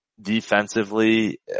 Defensively